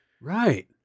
right